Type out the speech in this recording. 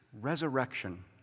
resurrection